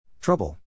Trouble